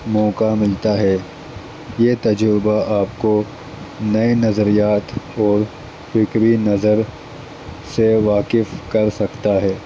موقع ملتا ہے یہ تجربہ آپ کو نئے نظریات اور فکری نظر سے واقف کر سکتا ہے